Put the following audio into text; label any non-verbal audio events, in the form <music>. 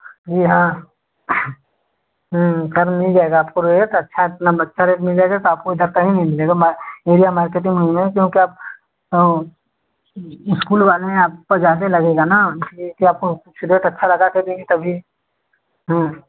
जी हाँ सर मिल जाएगा आपको रेट अच्छा एकदम अच्छा रेट मिल जाएगा तो आपको इधर कहीं नहीं मिलेगा एरिया मार्केटिंग मिलेगा क्योंकि आप स्कूल वाले हैं आपको ज़्यादे लगेगा ना इसलिए आपको <unintelligible> अच्छा लगाके देंगे तभी